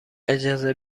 اجازه